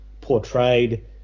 portrayed